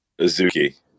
Azuki